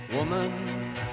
Woman